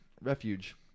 Refuge